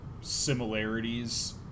similarities